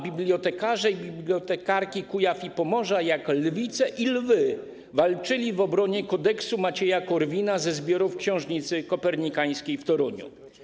Bibliotekarze i bibliotekarki z Kujaw i z Pomorza jak lwy i lwice walczyli w obronie Kodeksu Macieja Korwina ze zbiorów Książnicy Kopernikańskiej w Toruniu.